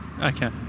okay